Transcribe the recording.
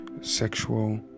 sexual